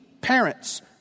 parents